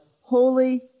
holy